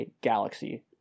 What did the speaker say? Galaxy